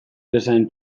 bezain